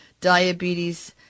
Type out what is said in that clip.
diabetes